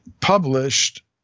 published